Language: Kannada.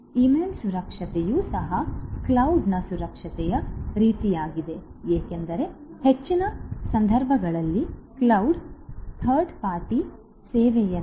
ಇಮೇಲ್ ಸುರಕ್ಷತೆಯೂ ಸಹ ಕ್ಲೌಡ್ನ ಸುರಕ್ಷತೆಯ ರೀತಿಯಾಗಿದೆ ಏಕೆಂದರೆ ಹೆಚ್ಚಿನ ಸಂದರ್ಭಗಳಲ್ಲಿ ಕ್ಲೌಡ್ ಥರ್ಡ್ ಪಾರ್ಟಿ ಸೇವೆಯಂತೆ